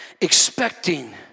expecting